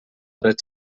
dret